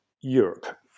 Europe